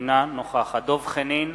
אינה נוכחת דב חנין,